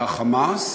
ל"חמאס",